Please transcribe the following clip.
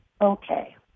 Okay